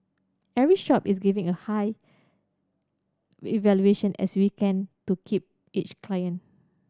every shop is giving a high a valuation as we can to keep each client